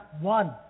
one